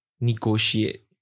negotiate